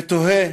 ותוהה.